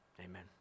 Amen